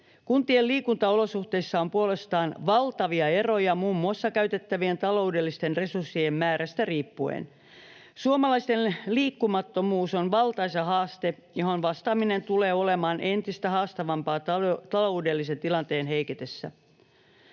Kuntien liikuntaolosuhteissa on puolestaan valtavia eroja muun muassa käytettävien taloudellisten resurssien määrästä riippuen. Suomalaisten liikkumattomuus on valtaisa haaste, johon vastaaminen tulee olemaan entistä haastavampaa taloudellisen tilanteen heiketessä.